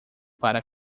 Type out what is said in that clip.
para